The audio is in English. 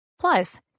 Plus